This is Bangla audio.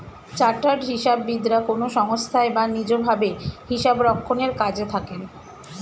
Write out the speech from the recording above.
চার্টার্ড হিসাববিদরা কোনো সংস্থায় বা নিজ ভাবে হিসাবরক্ষণের কাজে থাকেন